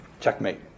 checkmate